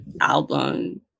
album